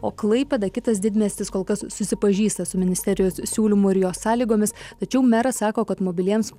o klaipėda kitas didmiestis kol kas susipažįsta su ministerijos siūlymu ir jos sąlygomis tačiau meras sako kad mobiliems